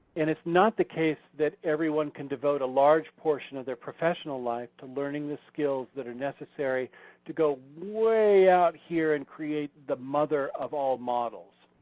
and it's not the case that everyone can devote large portion of their professional life to learning the skills that are necessary to go way out here and create the mother of all models.